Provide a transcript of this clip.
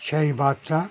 সেই বাচ্চা